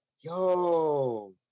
Yo